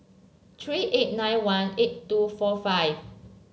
three eight nine one eight two four five